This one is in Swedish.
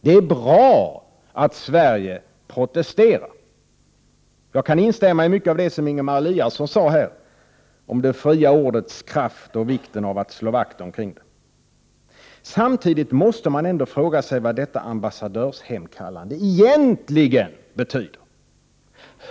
Det är bra att Sverige protesterar. Jag kan instämma i mycket av det som Ingemar Eliasson sade här om det fria ordets kraft och vikten av att slå vakt om det. Samtidigt måste man ändå fråga sig vad detta ambassadörshemkallande egentligen betyder.